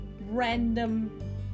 random